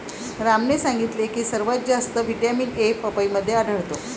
रामने सांगितले की सर्वात जास्त व्हिटॅमिन ए पपईमध्ये आढळतो